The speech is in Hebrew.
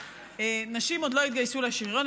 נשים עוד לא התגייסו לשריון.